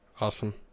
Awesome